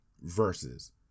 versus